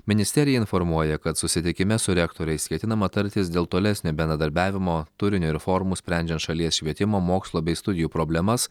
ministerija informuoja kad susitikime su rektoriais ketinama tartis dėl tolesnio bendradarbiavimo turinio ir formų sprendžiant šalies švietimo mokslo bei studijų problemas